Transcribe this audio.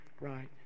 right